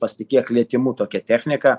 pasitikėk lietimu tokia technika